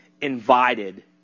invited